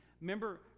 Remember